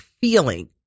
feeling